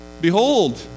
Behold